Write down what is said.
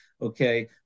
Okay